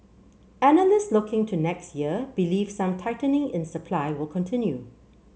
analyst looking to next year believe some tightening in supply will continue